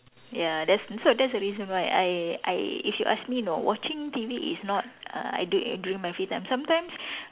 ya that's so that's the reason why I I if you ask me you know watching T_V is not err du~ during my free time sometimes